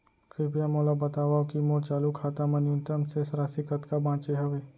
कृपया मोला बतावव की मोर चालू खाता मा न्यूनतम शेष राशि कतका बाचे हवे